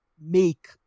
make